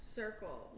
circle